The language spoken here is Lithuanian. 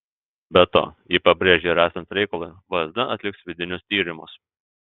be to ji pabrėžė ir esant reikalui vsd atliks vidinius tyrimus